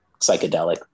psychedelic